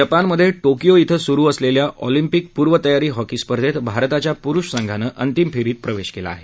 जपानमधे टोकियो सुरु असलेल्या ऑलपिंक पूर्वतयारी हॉकी स्पर्धेत भारताच्या पुरुष संघानं अंतिम फेरीत प्रवेश केला आहे